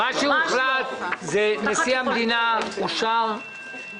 נשיא המדינה אושר,